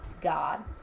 god